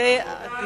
אתה עירקי,